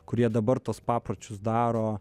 kurie dabar tuos papročius daro